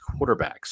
quarterbacks